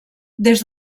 des